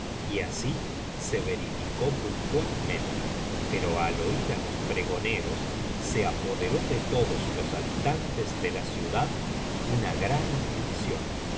y así ve verificó puntualmente pero al oir á los pregoneros se apoderó de todos los habitantes de la ciudad una gran aflicción